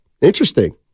Interesting